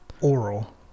Oral